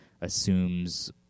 assumes